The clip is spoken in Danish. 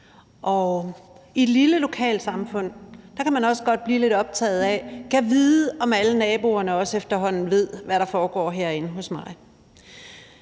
i et lille lokalsamfund kan man også godt blive lidt optaget af spørgsmålet: Gad vide, om alle naboerne også efterhånden ved, hvad der foregår herinde hos mig.